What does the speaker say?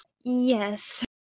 Yes